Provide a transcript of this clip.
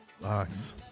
box